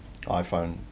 iPhone